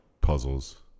puzzles